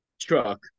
truck